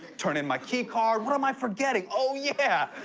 turn in my key card. what am i forgetting? oh, yeah.